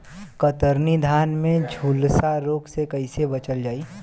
कतरनी धान में झुलसा रोग से कइसे बचल जाई?